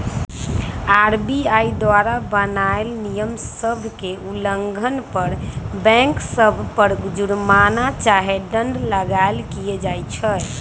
RBI द्वारा बनाएल नियम सभ के उल्लंघन पर बैंक सभ पर जुरमना चाहे दंड लगाएल किया जाइ छइ